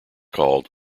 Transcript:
called